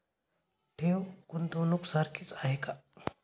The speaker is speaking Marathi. ठेव, गुंतवणूक सारखीच आहे का?